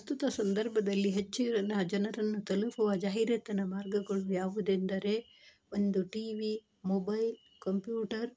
ಪ್ರಸ್ತುತ ಸಂದರ್ಭದಲ್ಲಿ ಹೆಚ್ಚಿನ ಜನರನ್ನು ತಲುಪುವ ಜಾಹೀರಾತಿನ ಮಾರ್ಗಗಳು ಯಾವುದೆಂದರೆ ಒಂದು ಟಿ ವಿ ಮೊಬೈಲ್ ಕಂಪ್ಯೂಟರ್